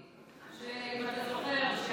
בשבוע שעבר, הזוי, אם אתה זוכר.